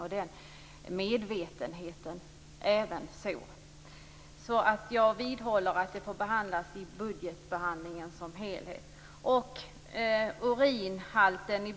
Jag vidhåller alltså att detta får behandlas i samband med budgetbehandlingen i dess helhet.